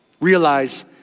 realize